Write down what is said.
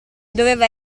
doveva